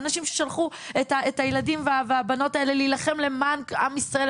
האנשים ששלחו את הילדים ואת הבנות האלה להילחם למען עם ישראל,